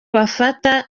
bafata